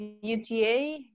UTA